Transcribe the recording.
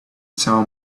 tell